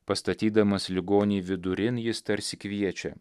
pastatydamas ligonį vidurin jis tarsi kviečia